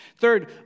Third